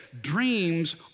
Dreams